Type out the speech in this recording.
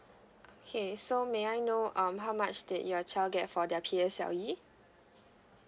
okay so may I know um how much that your child get for their P_S_L_E